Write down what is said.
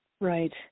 Right